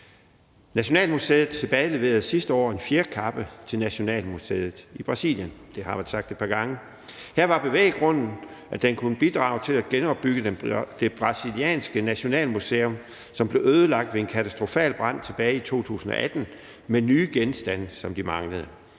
Nationalmuseet tilbageleverede sidste år en fjerkappe til nationalmuseet i Brasilien – det har været sagt et par gange. Her var bevæggrunden, at den kunne bidrage til at genopbygge det brasilianske nationalmuseum, som blev ødelagt ved en katastrofal brand i 2018, med nye genstande, som de manglede,